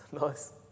Nice